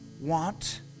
want